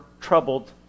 troubled